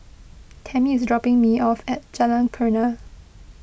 Tammy is dropping me off at Jalan Kurnia